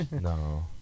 No